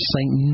Saint